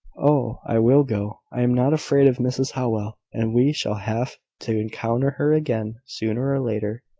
oh! i will go. i am not afraid of mrs howell and we shall have to encounter her again, sooner or later.